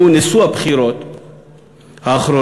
שהוא נשוא הבחירות האחרונות,